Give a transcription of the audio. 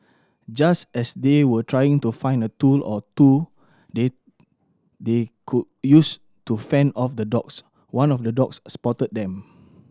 just as they were trying to find a tool or two they they could use to fend off the dogs one of the dogs spotted them